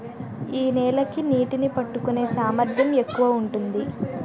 ఏ నేల కి నీటినీ పట్టుకునే సామర్థ్యం ఎక్కువ ఉంటుంది?